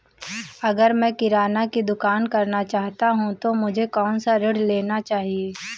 अगर मैं किराना की दुकान करना चाहता हूं तो मुझे कौनसा ऋण लेना चाहिए?